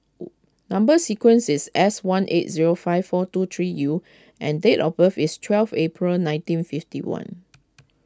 Number Sequence is S one eight zero five four two three U and date of birth is twelve April nineteen fifty one